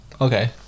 Okay